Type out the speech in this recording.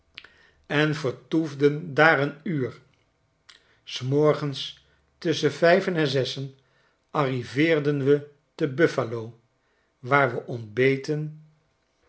en vertoefden daar een uur s morgens tusschen vijven en zessen arriveerden we te buffalo waar we ontbeten